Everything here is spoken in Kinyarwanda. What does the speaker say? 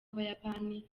abayapani